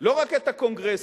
לא רק את הקונגרס,